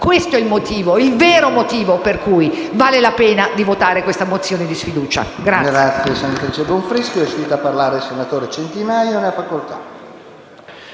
Questo è il motivo, il vero motivo per cui vale la pena di votare questa mozione di sfiducia.